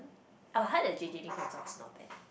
our highlight the J_J-Lin concert was not bad